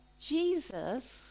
Jesus